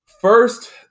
first